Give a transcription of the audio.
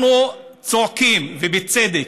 אנחנו צועקים, ובצדק,